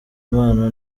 impano